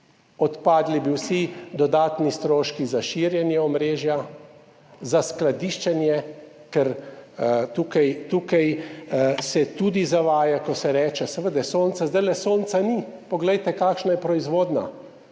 odpadli bi vsi dodatni stroški za širjenje omrežja, za skladiščenje, ker tukaj se tudi zavaja, ko se reče, seveda sonca zdaj ni, poglejte, kakšna je proizvodnja,